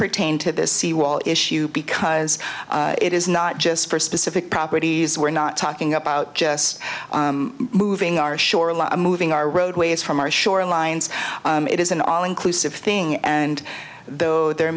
pertain to this seawall issue because it is not just for specific properties we're not talking about just moving our shoreline moving our roadways from our shorelines it is an all inclusive thing and though there